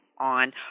on